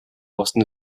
osten